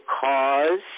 cause